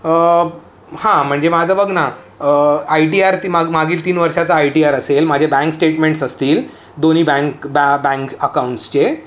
हां म्हणजे माझं बघ ना आयटीआर ती माग मागील तीन वर्षाचं आयटीआर असेल माझे बँक स्टेटमेंट्स असतील दोन्ही बँक बॅ बँक अकाऊंट्सचे